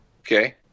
Okay